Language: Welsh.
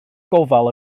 gofal